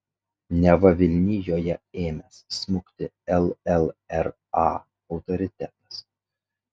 neva vilnijoje ėmęs smukti llra autoritetas